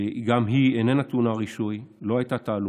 גם היא לא הייתה טעונה רישוי, לא הייתה תהלוכה.